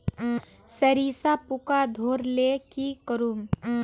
सरिसा पूका धोर ले की करूम?